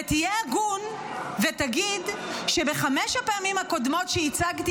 ותהיה הגון ותגיד שבחמש הפעמים הקודמות שהצגתי